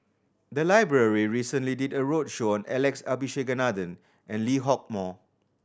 the library recently did a roadshow on Alex Abisheganaden and Lee Hock Moh